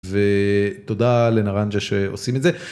ותודה לנארנג'ה שעושים את זה.